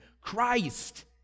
Christ